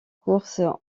course